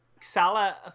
Salah